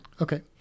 Okay